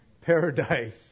paradise